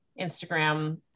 Instagram